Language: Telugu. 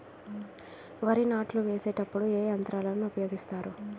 వరి నాట్లు వేసేటప్పుడు ఏ యంత్రాలను ఉపయోగిస్తారు?